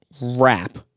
wrap